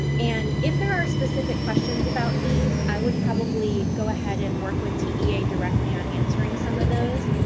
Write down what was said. and and if there are specific questions about these, i would probably go ahead and work with tea directly on answering some of those.